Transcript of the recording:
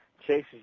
chases